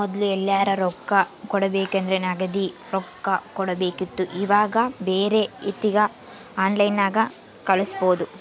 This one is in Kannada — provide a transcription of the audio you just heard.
ಮೊದ್ಲು ಎಲ್ಯರಾ ರೊಕ್ಕ ಕೊಡಬೇಕಂದ್ರ ನಗದಿ ರೊಕ್ಕ ಕೊಡಬೇಕಿತ್ತು ಈವಾಗ ಬ್ಯೆರೆ ರೀತಿಗ ಆನ್ಲೈನ್ಯಾಗ ಕಳಿಸ್ಪೊದು